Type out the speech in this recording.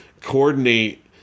coordinate